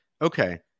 Okay